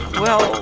well,